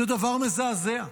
זה דבר מזעזע,